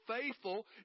faithful